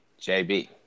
JB